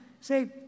Say